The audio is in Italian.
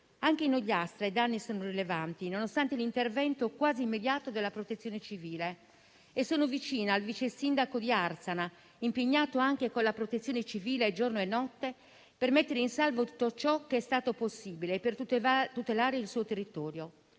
Anche in Ogliastra i danni sono rilevanti, nonostante l'intervento quasi immediato della Protezione civile. Sono vicina al vice sindaco di Arzana, impegnato anche con la Protezione civile, giorno e notte, per mettere in salvo tutto ciò che è stato possibile e per tutelare il suo territorio.